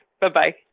bye-bye